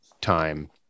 time